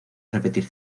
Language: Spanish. repetir